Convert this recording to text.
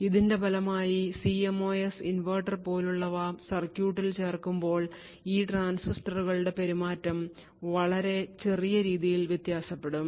ഇതിന്റെ ഫലമായി CMOS inverter പോലുള്ള സർക്യൂട്ടിൽ ചേർക്കുമ്പോൾ ഈ ട്രാൻസിസ്റ്ററുകളുടെ പെരുമാറ്റം വളരെ ചെറിയ രീതിയിൽ വ്യത്യാസപ്പെടും